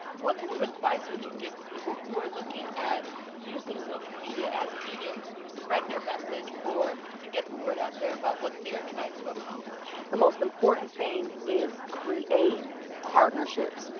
what kind of advice would you give to people who were looking at using social media as a medium to spread their message or to get the word out there about what they're trying to accomplish? the most important thing is create partnerships.